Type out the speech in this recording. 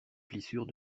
plissures